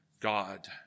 God